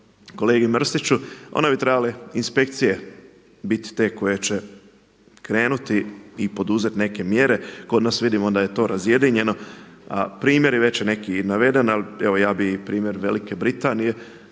kolegi Mrsiću, one bi trebale inspekcije biti te koje će krenuti i poduzeti neke mjere. Kod nas vidimo da je to razjedinjeno, a primjer već je neki i naveden evo ja bi primjer Velike Britanije